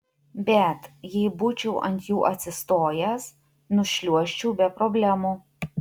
bet jei būčiau ant jų atsistojęs nušliuožčiau be problemų